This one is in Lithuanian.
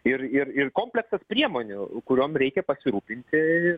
ir ir ir komplektas priemonių kuriom reikia pasirūpinti